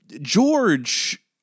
George